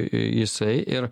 jisai ir